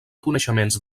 coneixements